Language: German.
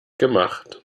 gemacht